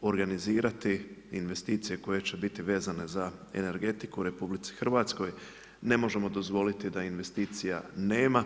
organizirati investicije koje će biti vezane za energetiku u RH ne možemo dozvoliti da investicija nema.